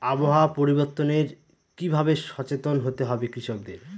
আবহাওয়া পরিবর্তনের কি ভাবে সচেতন হতে হবে কৃষকদের?